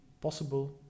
possible